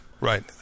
right